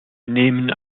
nehmen